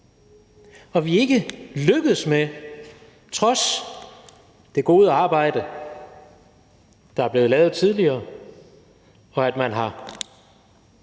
Og vi er ikke trods det gode arbejde, der er blevet lavet tidligere – og at man har